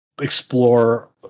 explore